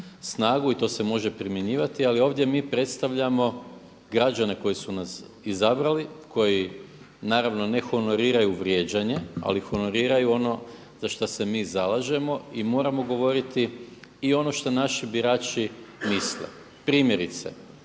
snagu i to se može primjenjivati, ali ovdje mi predstavljamo građane koji su nas izabrali, koji naravno ne honoriraju vrijeđanje ali honoriraju ono za šta se mi zalažemo i moramo govoriti i ono što naši birači misle. Primjerice